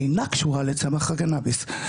אינה קשורה לצמח הקנאביס.